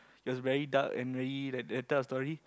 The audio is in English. it was very dark and very like that type of story